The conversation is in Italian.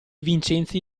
vincenzi